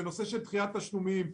דחיית תשלומים.